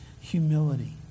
humility